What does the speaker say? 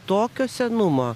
tokio senumo